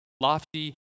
lofty